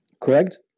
correct